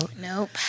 Nope